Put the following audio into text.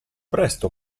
presto